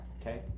Okay